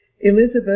Elizabeth